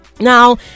Now